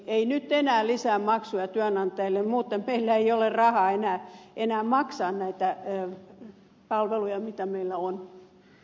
ei nyt enää lisää maksuja työnantajille muuten meillä ei ole rahaa enää maksaa näitä palveluja joita meillä on